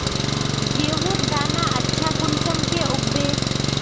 गेहूँर दाना अच्छा कुंसम के उगबे?